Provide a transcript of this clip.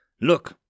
Look